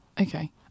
okay